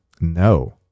No